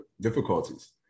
difficulties